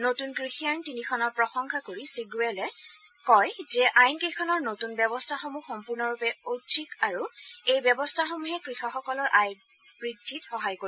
নতুন কৃষি আইন তিনিখনৰ প্ৰশংসা কৰি শ্ৰীগোৰেলে কয় যে আইনকেইখনৰ নতুন ব্যৱস্থাসমূহ সম্পূৰ্ণৰূপে ঐচ্ছিক আৰু এই ব্যৱস্থাসমূহে কৃষকসকলৰ আয় বৃদ্ধিত সহায় কৰিব